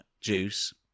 juice